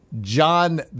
John